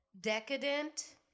Decadent